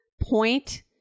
point